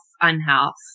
unhealth